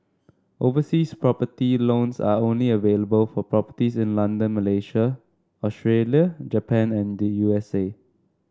overseas property loans are only available for properties in London Malaysia Australia Japan and the U S A